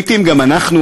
לעתים גם אנחנו,